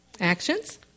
Actions